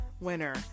winner